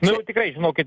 nu jau tikrai žinokit